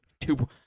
two